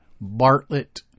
Bartlett